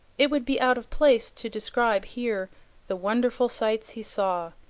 it would be out of place to describe here the wonderful sights he saw,